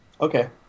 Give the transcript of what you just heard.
Okay